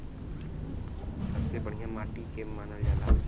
सबसे बढ़िया माटी के के मानल जा?